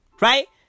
Right